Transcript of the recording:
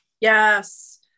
yes